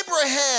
Abraham